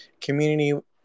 community